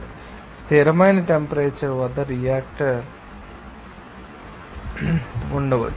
కాబట్టి స్థిరమైన టెంపరేచర్ వద్ద రియాక్టర్ మీకు తెలుసని మీరు ఉంచవచ్చు